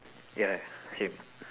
ya same